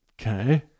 okay